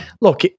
look